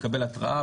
הוא יקבל התראה,